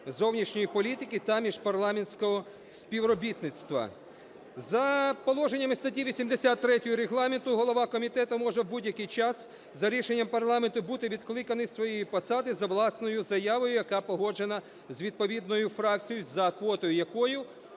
зовнішньої політики та міжпарламентського співробітництва. За положеннями статті 83 Регламенту голова комітету може в будь-який час за рішенням парламенту бути відкликаний з своєї посади за власною заявою, яка погоджена з відповідною фракцією, за квотою якої